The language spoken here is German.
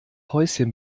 häuschen